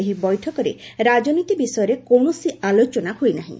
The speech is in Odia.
ଏହି ବୈଠକରେ ରାଜନୀତି ବିଷୟରେ କୌଣସି ଆଲୋଚନା ହୋଇ ନାହିଁ